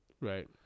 Right